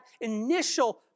initial